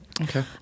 Okay